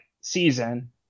season